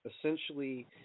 essentially